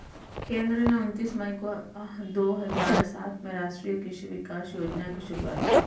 केंद्र ने उनतीस मई दो हजार सात में राष्ट्रीय कृषि विकास योजना की शुरूआत की